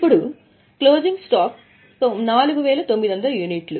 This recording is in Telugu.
ఇప్పుడు క్లోజింగ్ స్టాక్ 4900 యూనిట్లు